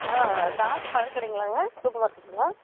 ஆ தாஸ் பழக்கடைங்களாங்க சூப்பர் மார்கெட்டுங்களா